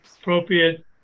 appropriate